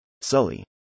sully